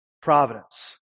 providence